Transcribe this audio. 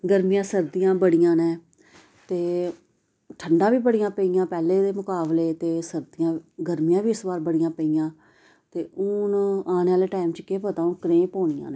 गर्मियां सर्दियां बड़ियां न ते ठंडा बी बड़ियां पेइयां पैह्लें दे मकाबले ते सर्दियां बी गर्मियां बी इस बार बड़ियां पेइयां ते हून आने आह्ले टैम च केह् पता हून कनेई पौनियां